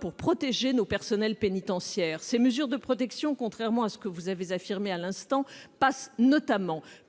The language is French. pour protéger nos personnels pénitentiaires. Ces mesures de protection, contrairement à ce que vous avez affirmé à l'instant, passent notamment